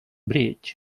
bridge